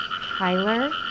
Tyler